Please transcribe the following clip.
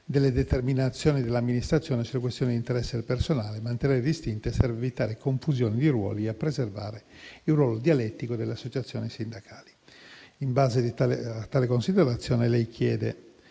delle determinazioni dell'amministrazione sulle questioni di interesse personale. Mantenerli distinti serve per evitare confusioni di ruoli e a preservare il ruolo dialettico delle associazioni sindacali. In base a tale considerazione,